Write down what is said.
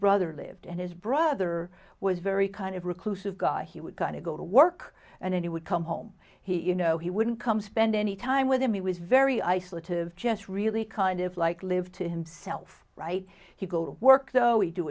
brother lived and his brother was very kind of reclusive guy he would kind of go to work and then he would come home he you know he wouldn't come spend any time with him he was very isolated just really kind of like live to himself right he go to work though we do